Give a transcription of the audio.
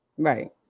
Right